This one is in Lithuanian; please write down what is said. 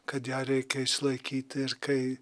kad ją reikia išlaikyti ir kai